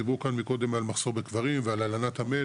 דיבר כאן מקודם על מחסור בקברים ועל הלנת המת.